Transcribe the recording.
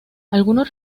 algunos